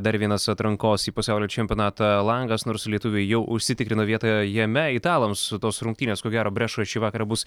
dar vienas atrankos į pasaulio čempionatą langas nors lietuviai jau užsitikrino vietą jame italams tos rungtynės ko gero brešoje šį vakarą bus